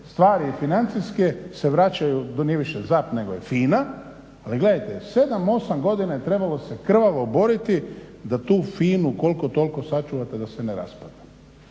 stvari i financijske se vraćaju se to nije više ZAP nego je FINA, ali gledajte 7, 8 godina se trebalo krvavo boriti da tu FINU koliko toliko sačuvate da se ne raspada.